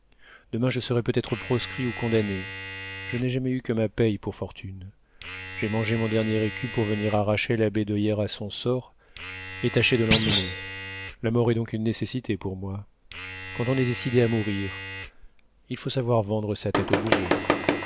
demain je serai peut-être proscrit ou condamné je n'ai jamais eu que ma paye pour fortune j'ai mangé mon dernier écu pour venir arracher labédoyère à son sort et tâcher de l'emmener la mort est donc une nécessité pour moi quand on est décidé à mourir il faut savoir vendre sa tête au bourreau